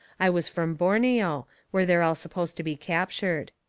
i was from borneo, where they're all supposed to be captured.